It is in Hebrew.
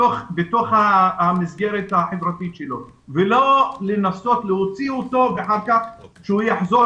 בתוך המסגרת החברתית שלו ולא לנסות להוציא אותו ואחר כך הוא יחזור